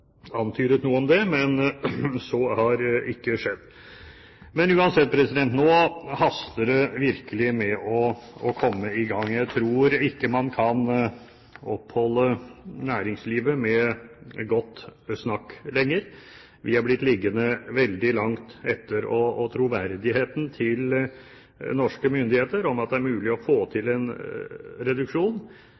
antydet noe om det, men så har ikke skjedd. Uansett: Nå haster det virkelig med å komme i gang. Jeg tror ikke man kan oppholde næringslivet med godt snakk lenger. Vi har blitt liggende veldig langt etter. Og troverdigheten til norske myndigheter i forhold til at det er mulig å få til en reduksjon,